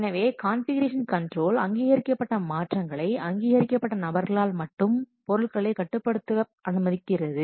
எனவே configuration control அங்கீகரிக்கப்பட்ட மாற்றங்களை அங்கீகரிக்கப்பட்ட நபர்களால் மட்டும் பொருள்களை கட்டுப்படுத்த அனுமதிக்கிறது